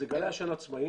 אלה גלאי עשן עצמאיים.